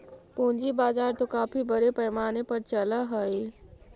पूंजी बाजार तो काफी बड़े पैमाने पर चलअ हई